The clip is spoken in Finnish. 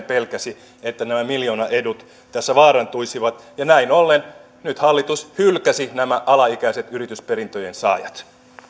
pelkäsi että nämä miljoonaedut tässä vaarantuisivat ja näin ollen nyt hallitus hylkäsi nämä alaikäiset yritysperintöjen saajat